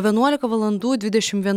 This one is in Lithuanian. vienuolika valandų dvidešim viena